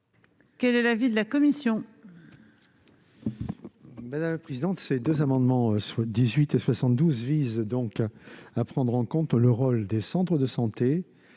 Quel est l'avis de la commission ?